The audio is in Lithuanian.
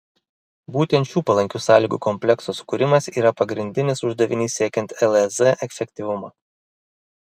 būtent šių palankių sąlygų komplekso sukūrimas yra pagrindinis uždavinys siekiant lez efektyvumo